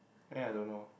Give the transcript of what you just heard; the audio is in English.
then I don't know